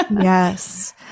Yes